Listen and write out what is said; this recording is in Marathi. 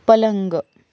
पलंग